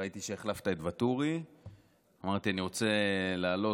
ראיתי שהחלפת את ואטורי, אמרתי: אני רוצה לעלות.